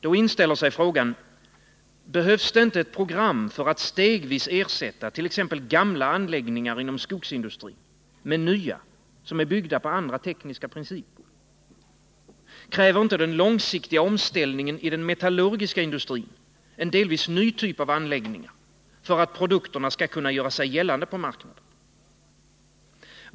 Då inställer sig frågan: Behövs det inte ett program för att stegvis ersätta t.ex. gamla anläggningar inom skogsindustrin med nya, som är byggda enligt andra tekniska principer? Kräver inte den långsiktiga omställningen i den metallurgiska industrin en delvis ny typ av anläggningar för att produkterna skall kunna göra sig gällande på marknaden?